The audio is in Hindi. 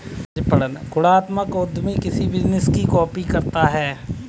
गुणात्मक उद्यमी किसी बिजनेस की कॉपी करता है